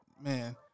man